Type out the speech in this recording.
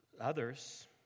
Others